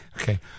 Okay